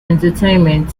entertainment